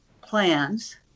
plans